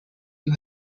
you